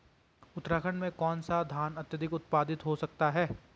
उत्तराखंड में कौन सा धान अत्याधिक उत्पादित हो सकता है?